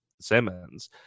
Simmons